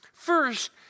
First